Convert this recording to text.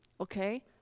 Okay